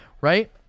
Right